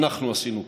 אנחנו עשינו ככה.